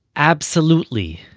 absolutely,